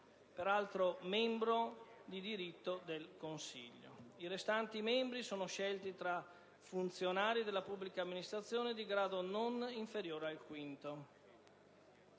peraltro membro di diritto del consiglio. I restanti membri sono scelti tra funzionari della pubblica amministrazione di grado non inferiore al quinto.